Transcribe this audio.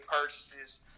purchases